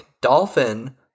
Dolphin